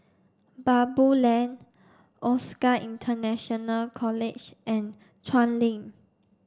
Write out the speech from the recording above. Baboo Lane OSAC International College and Chuan Link